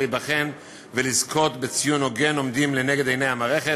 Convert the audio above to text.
להיבחן ולזכות בציון הוגן עומדות לנגד עיני המערכת.